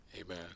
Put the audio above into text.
amen